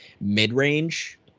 mid-range